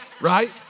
right